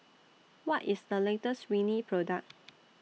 What IS The latest Rene Product